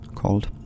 called